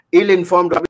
ill-informed